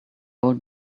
old